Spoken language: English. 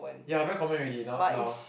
ya very common already not now